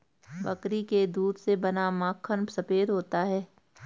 बकरी के दूध से बना माखन सफेद होता है